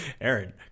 Aaron